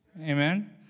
Amen